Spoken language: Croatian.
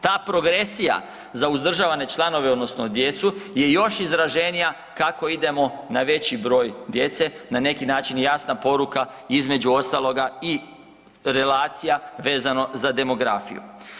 Ta progresija za uzdržavane članove odnosno djecu je još izraženija kako idemo na veći broj djece, na neki način i jasna poruka između ostaloga i relacija vezano za demografiju.